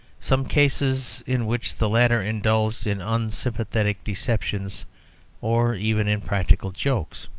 some cases in which the latter indulged in unsympathetic deceptions or even in practical jokes.